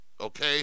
Okay